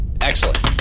Excellent